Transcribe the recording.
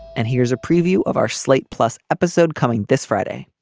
and here's a preview of our slate plus episode coming this friday